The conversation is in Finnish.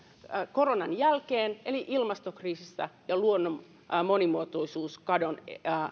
koronan jälkeen eli ilmastokriisin ja luonnon monimuotoisuuskadon